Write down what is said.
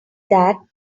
that